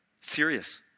serious